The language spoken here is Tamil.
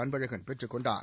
அன்பழகன் பெற்றுக்கொண்டார்